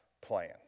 plan